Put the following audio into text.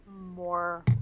more